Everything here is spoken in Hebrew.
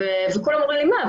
כולם אומרים לי: "מה,